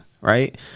right